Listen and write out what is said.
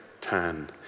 tan